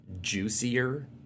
juicier